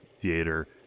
theater